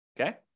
Okay